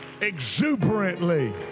exuberantly